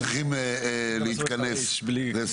אדוני, אנחנו צריכים להתכנס לסיום.